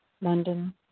London